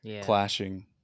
clashing